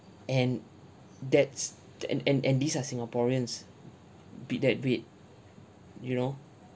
and that's the and and and these are singaporeans be that wait you know